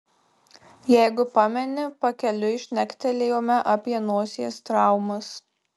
jeigu pameni pakeliui šnektelėjome apie nosies traumas